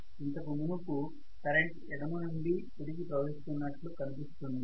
ఇంతకు మునుపు కరెంట్ ఎడమ నుండి కుడి కి ప్రవహిస్తున్నట్లు కనిపిస్తుంది